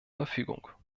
verfügung